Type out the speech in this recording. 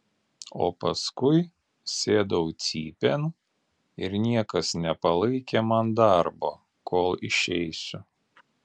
o paskui sėdau cypėn ir niekas nepalaikė man darbo kol išeisiu